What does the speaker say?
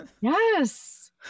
Yes